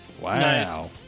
Wow